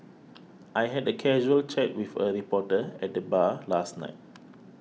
I had a casual chat with a reporter at the bar last night